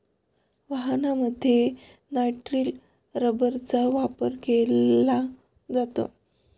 वाहनांमध्ये नायट्रिल रबरचा वापर केला जातो